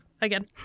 again